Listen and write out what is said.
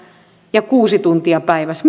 ja kuusi tuntia päivässä